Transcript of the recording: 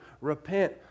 Repent